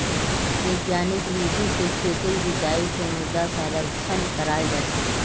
वैज्ञानिक विधि से खेतेर जुताई से मृदा संरक्षण कराल जा छे